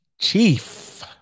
chief